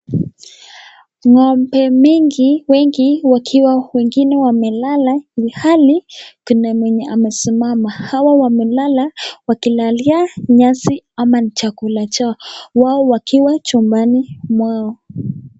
Ng'ombe mingi wengi wakiwa wengine wamelala ilhali kuna wenye wamesimama, hawa wamelala wakilalia nyasi ama chakula chao wao wakiwa chumbani mwao.